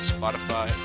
Spotify